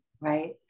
right